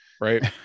Right